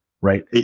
Right